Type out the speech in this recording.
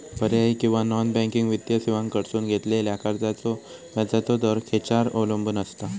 पर्यायी किंवा non banking वित्तीय सेवांकडसून घेतलेल्या कर्जाचो व्याजाचा दर खेच्यार अवलंबून आसता?